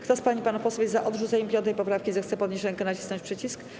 Kto z pań i panów posłów jest za odrzuceniem 5. poprawki, zechce podnieść rękę i nacisnąć przycisk.